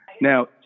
now